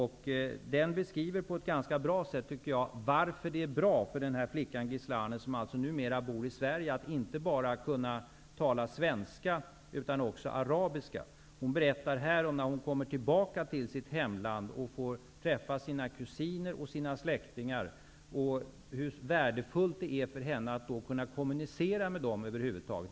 I boken beskrivs på ett ganska bra sätt, tycker jag, varför det är bra för den här flickan, Gisline, som alltså numera bor i Sverige, att inte bara kunna tala svenska utan också arabiska. Hon berättar här om hur hon kommer tillbaka till sitt hemland och får träffa sina kusiner och andra släktingar och hur värdefullt det är för henne att då kunna kommunicera med dem över huvud taget.